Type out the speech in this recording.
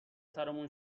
سرمون